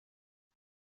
mimo